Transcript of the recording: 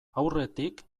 aurretik